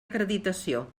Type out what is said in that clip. acreditació